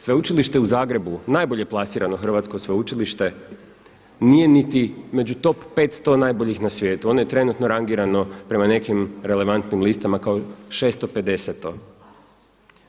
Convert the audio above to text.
Sveučilište u Zagrebu najbolje plasirano Hrvatsko sveučilište nije niti među top 500 najboljih na svijetu, ono je trenutno rangirano prema nekim relevantnim listama kao šesto pedeseto.